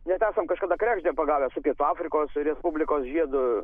net esam kažkada kregždę pagavę su pietų afrikos respublikos žiedu